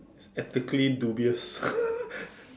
exactly dubious